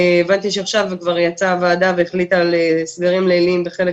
הבנתי שעכשיו יצאה הוועדה והחליטה על סגרים ליליים בחלק